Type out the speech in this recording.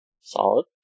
Solid